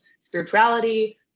spirituality